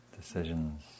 Decisions